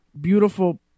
beautiful